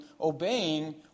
obeying